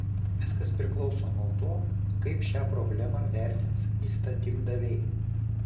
viskas priklauso nuo to kaip šią problemą vertins įstatymdaviai